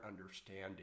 understanding